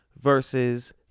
versus